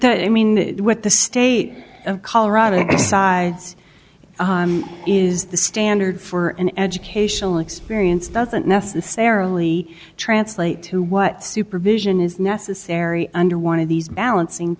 that i mean what the state of colorado decides is the standard for an educational experience doesn't necessarily translate to what supervision is necessary under one of these balancing